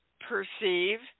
perceive